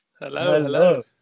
Hello